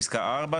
פסקה (4),